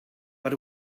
but